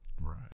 Right